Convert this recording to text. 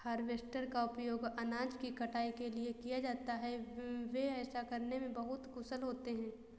harvester का उपयोग अनाज की कटाई के लिए किया जाता है, वे ऐसा करने में बहुत कुशल होते हैं